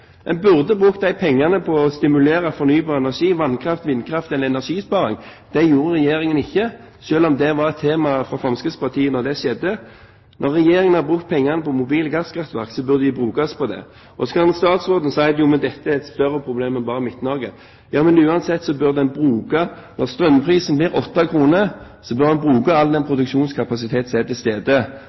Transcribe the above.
En burde brukt disse pengene til å stimulere til fornybar energi, vannkraft, vindkraft eller energisparing. Det gjorde Regjeringen ikke, selv om det var et tema for Fremskrittspartiet da det skjedde. Når Regjeringen har brukt pengene på mobile gasskraftverk, bør de brukes på nettopp det. Så kan statsråden si at dette er jo et større problem enn bare i Midt-Norge. Men når strømprisen blir 8 kr, bør en bruke all den produksjonskapasitet som er til